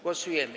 Głosujemy.